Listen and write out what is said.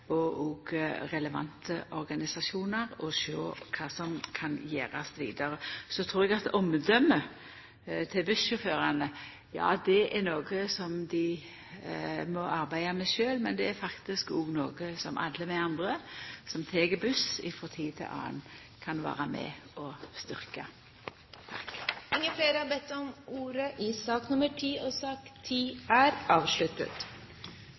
og med relevante organisasjonar for å sjå kva som kan gjerast vidare. Eg trur at omdømet til bussjåførane er noko som dei må arbeida med sjølve, men det er faktisk òg noko som alle vi andre som tek buss frå tid til anna, kan vera med på å styrkja. Sak nr. 10 er avsluttet. Vi er da klare til å gå til votering. I sak